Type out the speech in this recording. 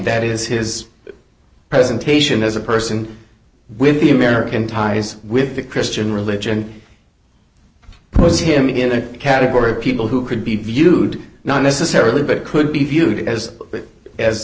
that is his presentation as a person with the american ties with the christian religion puts him in the category of people who could be viewed not necessarily but could be viewed as a